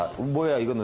were you